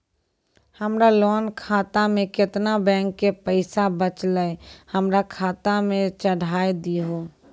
हमरा लोन खाता मे केतना बैंक के पैसा बचलै हमरा खाता मे चढ़ाय दिहो?